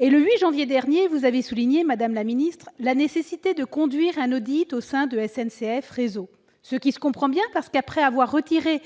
Le 8 janvier dernier, vous avez souligné, madame la ministre, la nécessité de conduire un audit au sein de SNCF Réseau ... Ce qui se comprend bien, parce qu'avoir supprimé